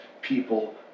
people